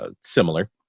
similar